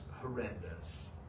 horrendous